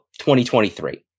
2023